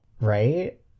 Right